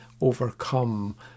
overcome